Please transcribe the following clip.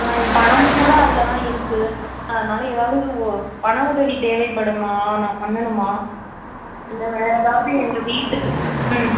என் பணமும்கூட அதில்தான் இருக்குது அதனால் ஏதாவது ஒரு பண உதவி தேவைப்படுமா நான் பண்ணணுமா இல்லை வேறு ஏதாவது எங்கள் வீட்டுக்கு ம்